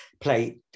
play